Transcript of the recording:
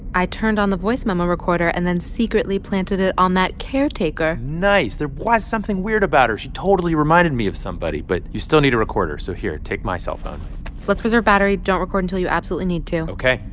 i turned on the voice memo recorder and then secretly planted it on that caretaker nice. there was something weird about her. she totally reminded me of somebody. but you still need a recorder. so here, take my cell phone let's preserve battery. don't record until you absolutely need to ok.